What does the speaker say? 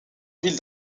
villes